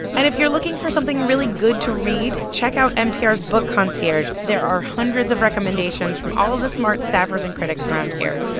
and if you're looking for something really good to read, check out npr's book concierge. there are hundreds of recommendations from all of the smart staffers and critics around here.